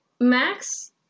Max